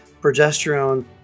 progesterone